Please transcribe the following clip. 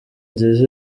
nziza